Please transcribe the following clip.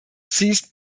ceased